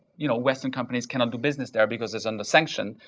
you know? western companies cannot do business there, because it's under sanction.